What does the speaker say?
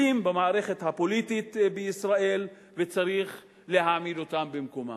במערכת הפוליטית בישראל וצריך להעמיד אותם במקומם.